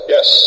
Yes